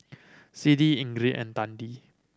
Siddie Ingrid and Tandy